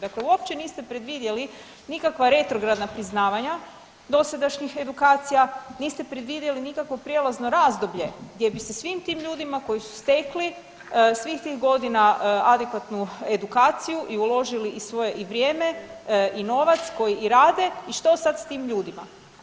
Dakle, uopće niste predvidjeli nikakva retrogradna priznavanja dosadašnjih edukacija, niste predvidjeli nikakvo prijelazno razdoblje gdje bi se svim tim ljudima koji su stekli svih tih godina adekvatnu edukaciju i uložili i svoje vrijeme i novac koji i rade i što sad s tim ljudima?